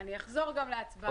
אני אחזור גם להצבעה.